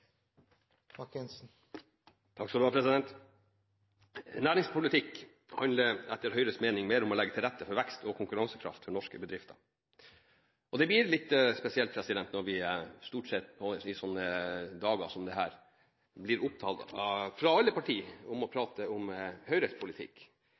Næringspolitikk handler etter Høyres mening om å legge mer til rette for vekst og konkurransekraft for norske bedrifter. Det er litt spesielt at vi på dager som dette, stort sett blir opptatt av – fra alle partier – å